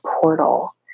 portal